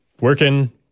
working